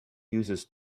uses